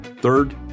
Third